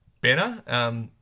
better